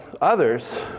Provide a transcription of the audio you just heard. others